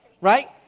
right